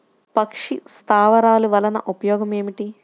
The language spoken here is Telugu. పక్షి స్థావరాలు వలన ఉపయోగం ఏమిటి?